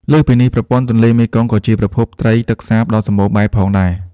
លើសពីនេះ ប្រព័ន្ធទន្លេមេគង្គក៏ជាប្រភពត្រីទឹកសាបដ៏សម្បូរបែបផងដែរ។